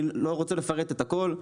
אני לא רוצה לפרט את הכל,